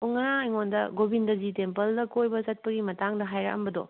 ꯑꯣ ꯉꯔꯥꯡ ꯑꯩꯉꯣꯟꯗ ꯒꯣꯕꯤꯟꯗꯖꯤ ꯇꯦꯝꯄꯜꯗ ꯀꯣꯏꯕ ꯆꯠꯄꯒꯤ ꯃꯇꯥꯡꯗ ꯍꯥꯏꯔꯛꯂꯝꯕꯗꯣ